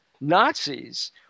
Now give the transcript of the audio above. Nazis